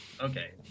Okay